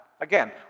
Again